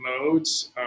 modes